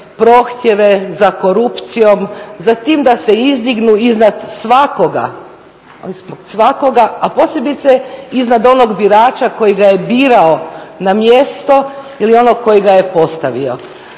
prohtjeve za korupcijom, za tim da se izdignu iznad svakoga, a posebice iznad onog birača koji ga je birao na mjesto ili onog koji ga je postavio.